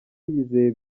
yizeye